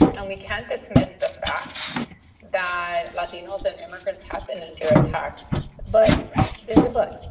and we can't dismiss the fact that latinos and immigrants have been under attack but there's a but.